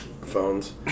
phones